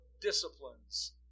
disciplines